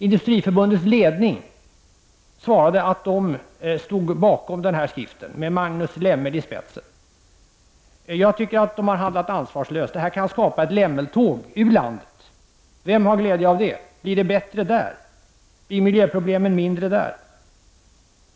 Industriförbundets ledning sade, med Magnus Lemmel i spetsen, att den stod bakom den här skriften. Jag tycker att de har handlat ansvarslöst. Detta kan skapa ett lämmeltåg ut ur landet. Vem har glädje av det? Blir det bättre där? Blir miljöproblemen mindre där?